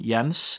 Jans